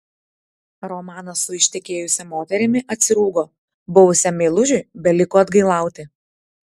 romanas su ištekėjusia moterimi atsirūgo buvusiam meilužiui beliko atgailauti